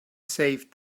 saved